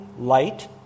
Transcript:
light